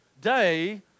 day